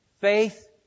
faith